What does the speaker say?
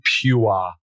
pure